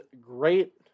great